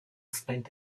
spent